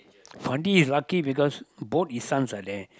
Fandi is lucky because boat is sounds like there